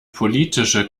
politische